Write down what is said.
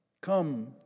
Come